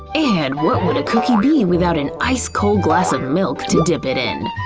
and what would a cookie be without an ice cold glass of milk to dip it in?